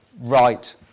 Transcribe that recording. right